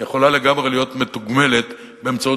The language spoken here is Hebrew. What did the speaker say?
היא יכולה לגמרי להיות מתוגמלת באמצעות